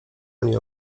ani